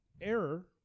error